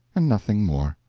and nothing more.